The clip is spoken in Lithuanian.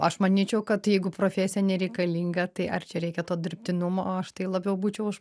aš manyčiau kad jeigu profesija nereikalinga tai ar čia reikia to dirbtinumo aš tai labiau būčiau už